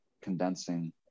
condensing